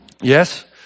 Yes